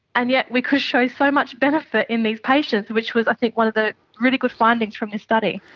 and yet we could show so much benefit in these patients which was i think one of the really good findings from this study.